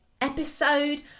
episode